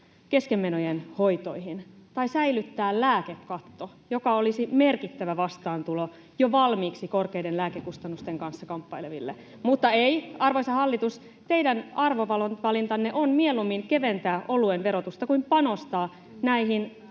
keskenmenojen hoitoihin tai säilyttää lääkekatto, joka olisi merkittävä vastaantulo jo valmiiksi korkeiden lääkekustannusten kanssa kamppaileville. Mutta ei, arvoisa hallitus, teidän arvovalintanne on mieluummin keventää oluen verotusta [Juho Eerola: Kaiken